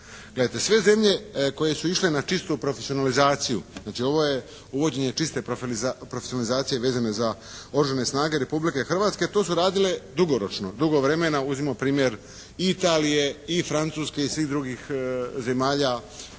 sve zemlje koje su išle na čistu profesionalizaciju, znači ovo je uvođenje čiste profesionalizacije vezane za Oružane snage Republike Hrvatske to su radile dugoročno, dugo vremena. Uzmimo primjer Italije i Francuske i svih drugih zemalja